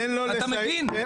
אתה מבין?